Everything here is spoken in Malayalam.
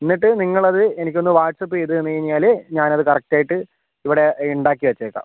എന്നിട്ട് നിങ്ങൾ അത് എനിക്ക് ഒന്ന് വാട്ട്സ്ആപ്പ് ചെയ്ത് തന്ന് കഴിഞ്ഞാൽ ഞാൻ അത് കറക്റ്റ് ആയിട്ട് ഇവിടെ ഉണ്ടാക്കി വെച്ചേക്കാം